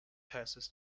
passes